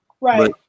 Right